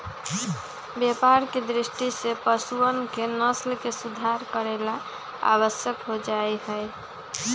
व्यापार के दृष्टि से पशुअन के नस्ल के सुधार करे ला आवश्यक हो जाहई